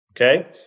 okay